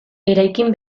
eraikin